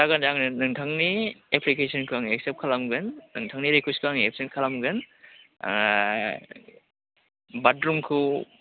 जागोन जागोन नोंथांनि एप्लिकेसोनखौ आं एक्सेप्ट खालामगोन नोंथांनि रिकुयेस्टखौ आं एक्सेप्ट खालामगोन ओह बाटरुमखौ